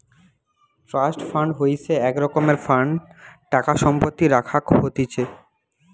trust fund হইসে এক রকমের ফান্ড টাকা সম্পত্তি রাখাক হতিছে